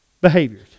behaviors